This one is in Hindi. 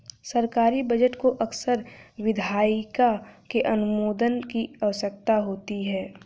सरकारी बजट को अक्सर विधायिका के अनुमोदन की आवश्यकता होती है